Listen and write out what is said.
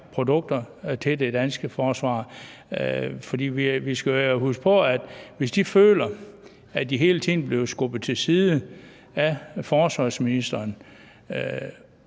produkter til det danske forsvar. For vi skal jo huske på, at hvis de føler, at de hele tiden bliver skubbet til side af forsvarsministeren,